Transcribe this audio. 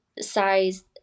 size